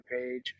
page